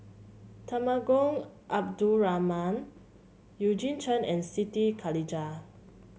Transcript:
Temenggong Abdul Rahman Eugene Chen and Siti Khalijah